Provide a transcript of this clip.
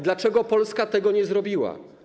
Dlaczego Polska tego nie zrobiła?